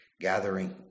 gathering